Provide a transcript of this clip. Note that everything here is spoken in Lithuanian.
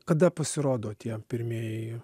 kada pasirodo tie pirmieji